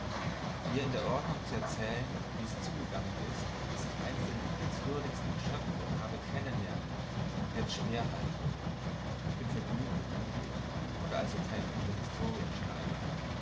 dir in der ordnung zu erzählen wie's zugegangen ist daß ich eins der liebenswürdigsten geschöpfe habe kennen lernen wird schwer halten ich bin vergnügt und glücklich und also kein guter